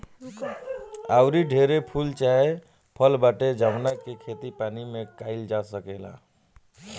आऊरी ढेरे फूल चाहे फल बाटे जावना के खेती पानी में काईल जा सकेला